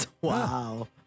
Wow